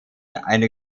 eine